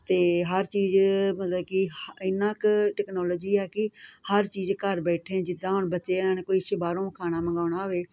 ਅਤੇ ਹਰ ਚੀਜ਼ ਮਤਲਬ ਕਿ ਇੰਨਾਂ ਕੁ ਟੈਕਨੋਲੋਜੀ ਹੈ ਕਿ ਹਰ ਚੀਜ਼ ਘਰ ਬੈਠੇ ਆ ਜਿੱਦਾਂ ਹੁਣ ਬੱਚਿਆਂ ਨੇ ਕੁਛ ਬਾਹਰੋਂ ਖਾਣਾ ਮੰਗਾਉਣਾ ਹੋਵੇ